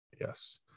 Yes